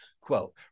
quote